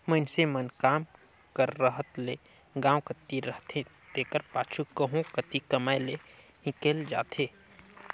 मइनसे मन काम कर रहत ले गाँव कती रहथें तेकर पाछू कहों कती कमाए लें हिंकेल जाथें